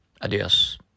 Adios